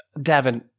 Davin